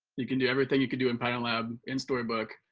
you can do everything you can do in pattern lab in storybook.